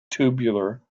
tubular